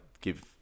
give